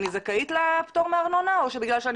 אני זכאית לפטור מארנונה או שבגלל שאני